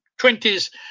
20s